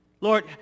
Lord